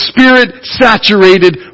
Spirit-saturated